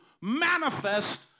manifest